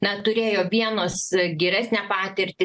na turėjo vienos geresnę patirtį